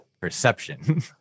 perception